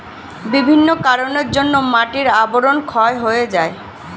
বিভিন্ন কারণের জন্যে মাটির আবরণ ক্ষয় হয়ে যায়